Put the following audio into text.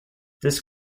this